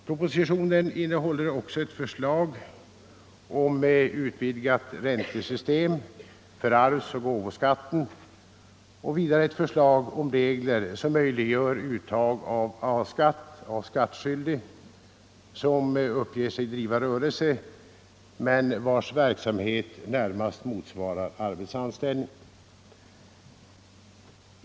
Propositionen innehåller också ett förslag om utvidgat räntesystem för arvsoch gåvoskatten och vidare ett förslag om regler som möjliggör uttag av A-skatt från skattskyldig som uppger sig driva rörelse, men vars verksamhet närmast motsvarar arbetsanställning.